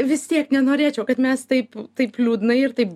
vis tiek nenorėčiau kad mes taip taip liūdnai ir taip